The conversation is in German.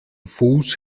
fuß